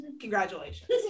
congratulations